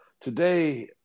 today